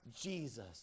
Jesus